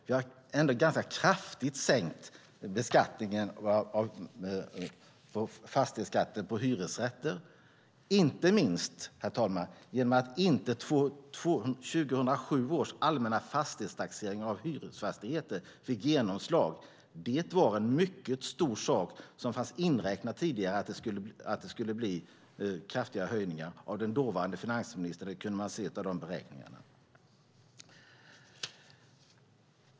Vi har ganska kraftigt sänkt fastighetsskatten på hyresrätter - inte minst, herr talman, genom att 2007 års allmänna fastighetstaxering av hyresfastigheter fick genomslag. Det var en mycket stor sak där det fanns inräknat sedan tidigare att det skulle bli kraftiga höjningar av den dåvarande finansministern. Det kunde man se av beräkningarna.